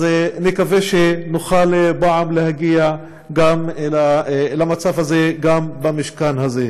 אז נקווה שנוכל פעם להגיע למצב הזה גם במשכן הזה.